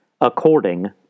according